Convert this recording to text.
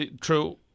true